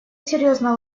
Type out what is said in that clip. серьёзно